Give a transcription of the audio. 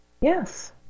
Yes